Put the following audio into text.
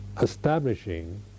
establishing